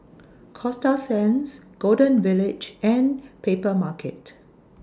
Coasta Sands Golden Village and Papermarket